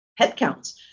headcounts